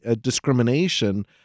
discrimination